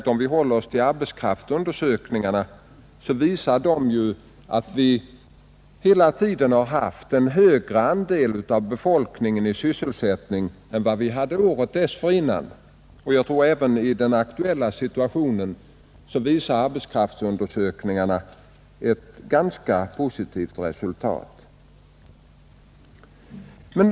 Om vi håller oss till arbetskraftsundersökningarna framgår det att vi år 1970 haft en större andel av befolkningen i sysselsättning än vad vi hade året dessförinnan. Arbetskraftsundersökningarna för den aktuella situationen visar också ett ganska positivt resultat.